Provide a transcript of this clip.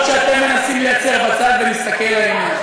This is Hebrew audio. שאתם מנסים לייצר בצד ונסתכל לעניין.